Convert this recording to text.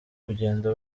kugenda